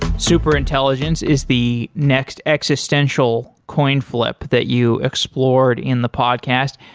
super intelligence is the next existential coin flip that you explored in the podcast.